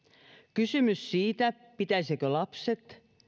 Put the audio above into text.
kysymys siitä pitäisikö lapset